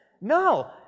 No